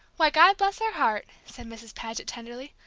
why, god bless her heart! said mrs. paget, tenderly,